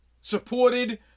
Supported